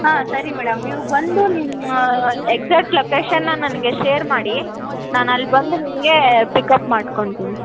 ಹಾಂ ಸರಿ ಮೇಡಮ್ ನೀವು ಬಂದು ನಿಮ್ಮ ಎಕ್ಸಾಕ್ಟ್ ಲೊಕೇಷನನ್ನ ನನಗೆ ಷೇರ್ ಮಾಡಿ ನಾನು ಅಲ್ಲಿ ಬಂದು ನಿಮಗೆ ಪಿಕಪ್ ಮಾಡ್ಕೊತೀನಿ